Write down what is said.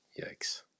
Yikes